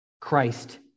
Christ